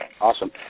awesome